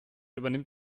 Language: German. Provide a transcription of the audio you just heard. übernimmt